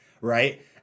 right